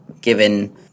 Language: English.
given